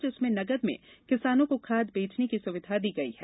जिसमें नगद में किसानों को खाद बेंचने की सुविधा दी गई है